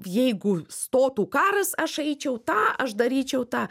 jeigu stotų karas aš eičiau tą aš daryčiau tą